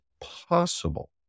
possible